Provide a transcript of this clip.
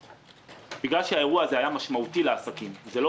שבגלל שהאירוע הזה היה משמעותי לעסקים זה לא